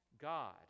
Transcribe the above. God